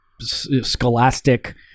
scholastic